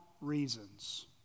reasons